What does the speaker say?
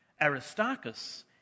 Aristarchus